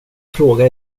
fråga